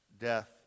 death